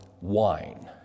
wine